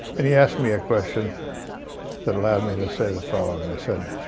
and he asked me a question that allowed me to say the following. i said,